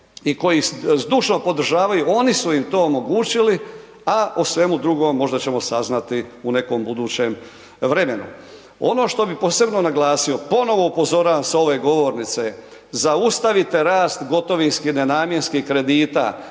i koji zdušno podržavaju oni su im to omogućili, a o svemu drugom možda ćemo saznati u nekom budućem vremenu. Ono što bih posebno naglasio, ponovo upozoravam sa ove govornice, zaustavite rast gotovinskih nenamjenskih kredita